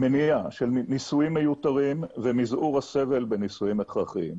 המניעה של ניסויים מיותרים ומזעור הסבל בניסויים הכרחיים.